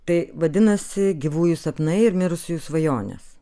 tai vadinasi gyvųjų sapnai ir mirusiųjų svajonės